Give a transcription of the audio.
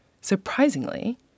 Surprisingly